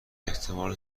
احتمال